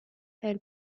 elle